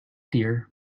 dear